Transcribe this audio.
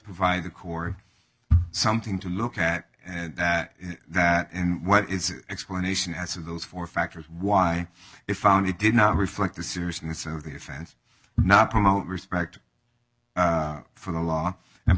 provide the core something to look at and that is that and what is explanation as to those four factors why it found it did not reflect the seriousness of the offense not promote respect for the law and